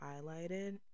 highlighted